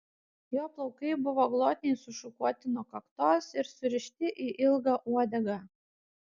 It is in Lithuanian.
jo plaukai buvo glotniai sušukuoti nuo kaktos ir surišti į ilgą uodegą